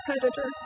predator